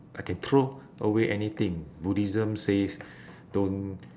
I can throw away anything buddhism says don't